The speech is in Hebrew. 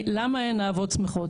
למה אין אהבות שמחות?